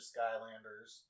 Skylanders